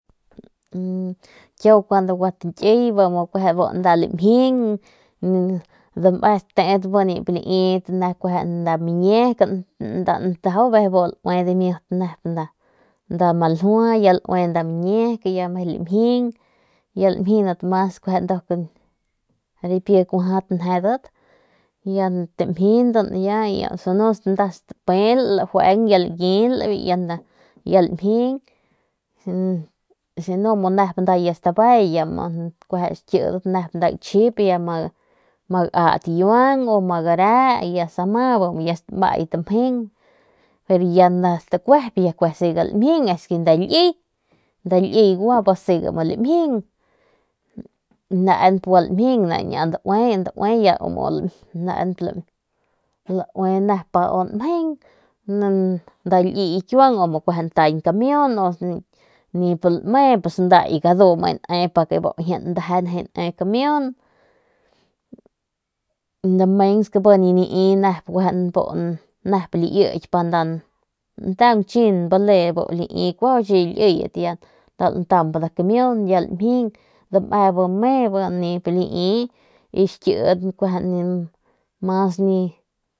Kun kiau gua tañkiy nip tame ni nda miñek nda lantaju y ya laue dimiut nep nda maljua biu speul nda ya lajueng y ya layiul ya nda lamjin u si nu ya nda nep stabay kueje xikidat nep gambiaky ma gat kiuang ver nep ma gare bi mu ya stamay biu tamjeng pero kun nda ya stakuep ya nda siga lamjing y nda ki liy kiuang nip lame pus nda ki gadu nijiy lame ndeje nijiy ne kamiun mens bi nip lai bu nda lamjing y dame bi nip lai ru xkidat kueje nip.